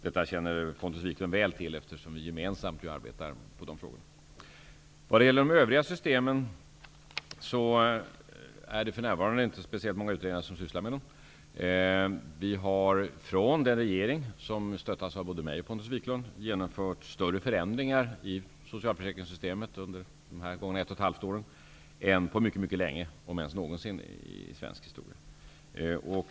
Detta känner Pontus Wiklund väl till, eftersom vi gemensamt arbetar med dessa frågor. När det gäller de övriga systemen är det för närvarande inte speciellt många utredningar som sysslar med dem. Den regering som stöttas av både mig och Pontus Wiklund har genomfört större förändringar i socialförsäkringssystemet under de gångna ett och ett halvt åren än vad som har gjorts på mycket länge, om ens någonsin i svensk historia.